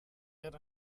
yet